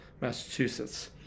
Massachusetts